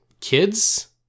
kids